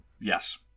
Yes